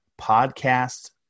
podcast